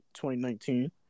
2019